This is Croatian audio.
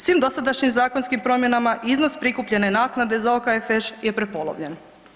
Svim dosadašnjim zakonskim promjenama iznos prikupljene naknade za OKFŠ je prepolovljen.